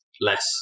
Less